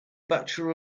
bachelor